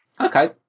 Okay